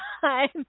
time